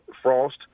Frost